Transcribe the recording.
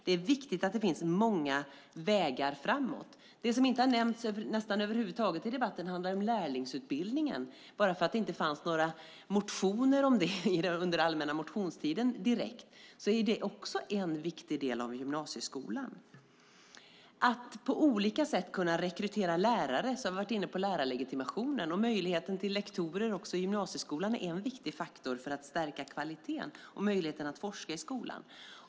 Det är viktigt att det finns många vägar framåt. Det som nästan över huvud taget inte har nämnts i debatten är lärlingsutbildningen, bara för att det inte fanns några motioner om den under den allmänna motionstiden. Den är också en viktig del av gymnasieskolan. Angående att på olika sätt kunna rekrytera lärare har vi varit inne på lärarlegitimationen. Möjligheten till lektorer i gymnasieskolan är en viktig faktor för att stärka kvaliteten och möjligheten att forska i skolan.